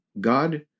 God